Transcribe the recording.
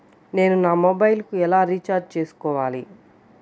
నేను నా మొబైల్కు ఎలా రీఛార్జ్ చేసుకోవాలి?